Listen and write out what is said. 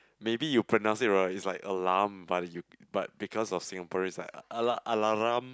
maybe you pronounce it wrong it's like alarm but you but because of Singaporeans like alarum